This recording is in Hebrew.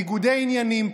ניגודי עניינים,